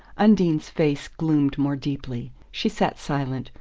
undine's face gloomed more deeply. she sat silent,